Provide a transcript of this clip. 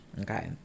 Okay